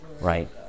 Right